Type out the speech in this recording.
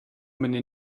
meine